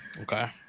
Okay